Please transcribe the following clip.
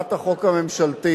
הצעת החוק הממשלתית